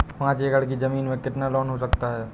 पाँच एकड़ की ज़मीन में कितना लोन हो सकता है?